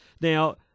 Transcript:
Now